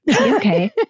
okay